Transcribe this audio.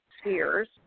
spheres